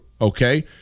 okay